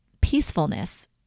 peacefulness